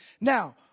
Now